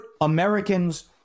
Americans